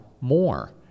more